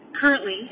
currently